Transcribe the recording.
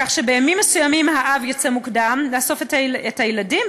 כך שבימים מסוימים האב יצא מוקדם לאסוף את הילדים,